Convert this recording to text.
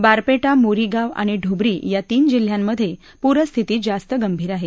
बारपेटा मोरीगाव आणि ढुब्री या तीन जिल्ह्यांमध्ये पूरस्थिती जास्त गंभीर आहे